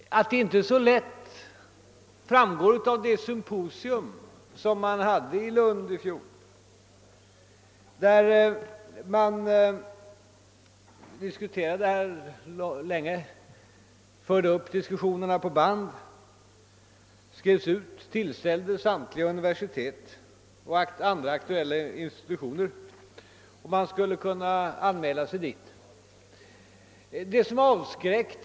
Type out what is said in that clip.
Att det inte är så lätt framgår av det symposium som ägde rum i Lund i fjol. Man hade där ingående diskussioner som spelades in på band och därefter skrevs ut och tillställdes samtliga universitet och andra aktuella institutioner dit intresserade kunde anmäla sig för att få del av materialet.